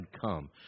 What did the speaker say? come